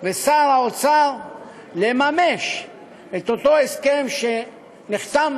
ושר האוצר לממש את אותו הסכם שנחתם